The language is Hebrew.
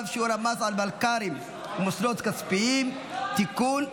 (שיעור המס על עסקה ועל יבוא טובין) (תיקון),